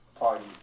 Party